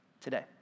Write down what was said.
today